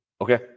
Okay